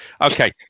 Okay